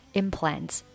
implants